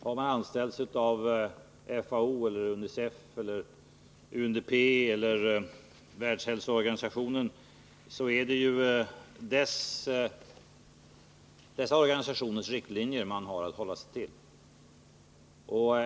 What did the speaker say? Har man anställts av FAO, UNICEF, UNDP eller WHO, är det ju dessa organisationers riktlinjer som man har att hålla sig till.